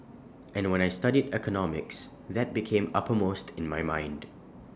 and when I studied economics that became uppermost in my mind